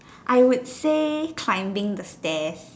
I would say climbing the stairs